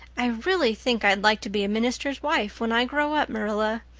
i really think i'd like to be a minister's wife when i grow up, marilla.